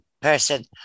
person